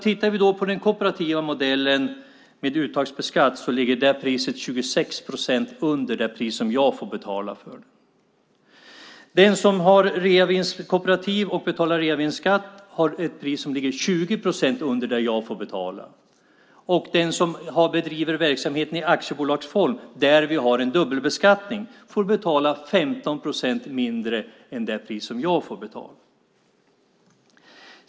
Tittar vi på den kooperativa modellen med uttagsskatt ligger priset 26 procent under det pris jag får betala. Den som är delägare i ett kooperativ och betalar reavinstskatt har ett pris som ligger 20 procent under det jag får betala. Den som bedriver verksamheten i aktiebolagsform, där vi har en dubbelbeskattning, får betala 15 procent mindre än jag.